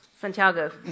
Santiago